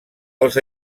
als